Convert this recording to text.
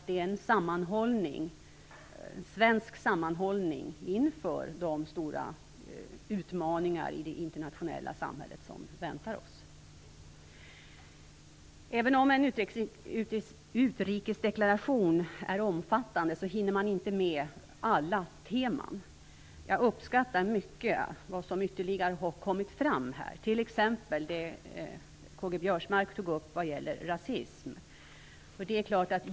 Det är en svensk sammanhållning inför de stora utmaningar som väntar oss internationellt. Även om en utrikesdeklaration är omfattande, hinner man inte att ta upp alla teman. Jag uppskattar mycket vad som ytterligare har kommit fram här, t.ex. det som Karl-Göran Biörsmark tog upp vad gäller rasism.